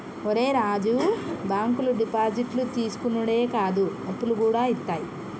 ఒరే రాజూ, బాంకులు డిపాజిట్లు తీసుకునుడే కాదు, అప్పులుగూడ ఇత్తయి